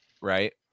Right